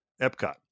Epcot